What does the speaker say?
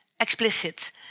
explicit